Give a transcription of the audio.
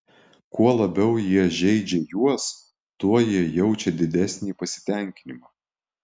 kuo labiau jie žeidžia juos tuo jie jaučia didesnį pasitenkinimą